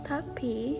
Tapi